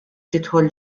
tidħol